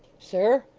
sir,